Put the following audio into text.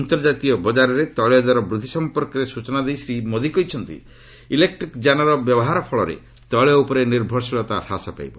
ଅନ୍ତର୍ଜାତୀୟ ବଜାରରେ ତେଳଦର ବୃଦ୍ଧି ସଂପର୍କରେ ସ୍ୱଚନା ଦେଇ ଶ୍ରୀ ମୋଦି କହିଛନ୍ତି ଇଲେକ୍ଟ୍ରିକ୍ ଯାନର ବ୍ୟବହାର ଫଳରେ ତେଳ ଉପରେ ନିର୍ଭରଶୀଳତା ହ୍ରାସ ପାଇବ